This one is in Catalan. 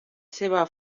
seva